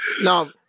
Now